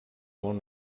món